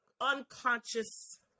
unconscious